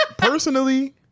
Personally